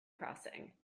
crossing